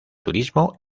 turismo